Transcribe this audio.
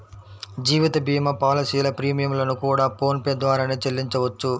జీవిత భీమా పాలసీల ప్రీమియం లను కూడా ఫోన్ పే ద్వారానే చెల్లించవచ్చు